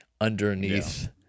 underneath